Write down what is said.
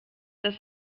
das